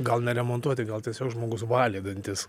gal neremontuoti gal tiesiog žmogus valė dantis